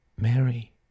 Mary